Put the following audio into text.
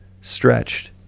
stretched